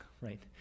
right